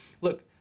look